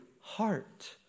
heart